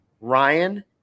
Ryan